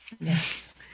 Yes